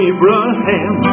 Abraham